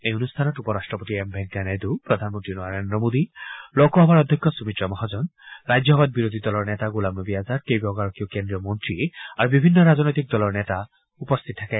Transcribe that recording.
এই অনুষ্ঠানত উপ ৰাট্টপতি এম ভেংকায়া নাইডু প্ৰধানমন্ত্ৰী নৰেন্দ্ৰ মোদী লোকসভাৰ অধ্যক্ষ সুমিত্ৰা মহাজন ৰাজ্যসভাৰ বিৰোধী দলৰ নেতা গোলাম নবী আজাদ কেইবাগৰাকীও কেন্দ্ৰীয় মন্ত্ৰী আৰু বিভিন্ন ৰাজনৈতিক দলৰ নেতা উপস্থিত থাকে